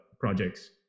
projects